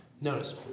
notice